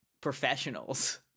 professionals